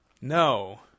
no